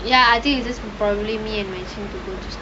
ya I this from probably me